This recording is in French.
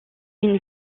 une